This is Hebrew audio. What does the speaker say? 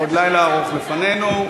עוד לילה ארוך לפנינו.